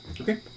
Okay